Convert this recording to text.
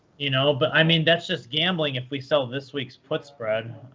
you know but i mean, that's just gambling if we sell this week's put spread.